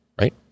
right